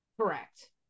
correct